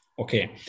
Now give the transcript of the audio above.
Okay